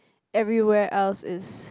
everywhere else is